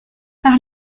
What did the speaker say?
par